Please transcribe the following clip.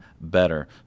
better